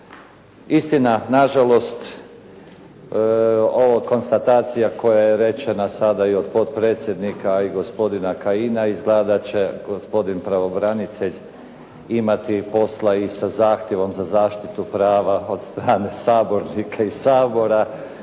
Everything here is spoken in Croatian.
Istina na žalost ova konstatacija koja je rečena sada i od potpredsjednika i gospodina Kajina izgleda da će gospodin pravobranitelj imati posla i sa zahtjevom za zaštitu prava od strane sabornika iz Sabora,